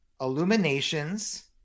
Illuminations